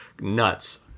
nuts